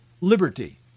liberty